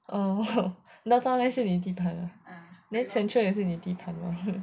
oh downtown line 是你地盘 ah then central 也是你地盘 ah